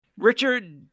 Richard